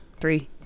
Three